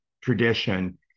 tradition